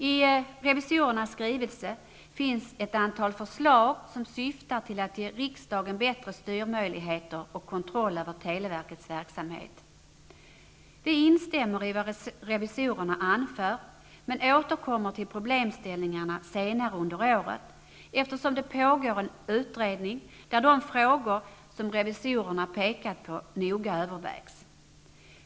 I revisorernas skrivelse finns ett antal förslag som syftar till att ge riksdagen bättre styrmöjligheter och kontroll över televerkets verksamhet. Vi instämmer i vad revisorerna anför, men återkommer till problemställningarna senare under året, eftersom det pågår en utredning där de frågor som revisorerna pekat på noga övervägs.